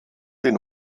den